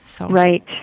Right